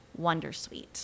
wondersuite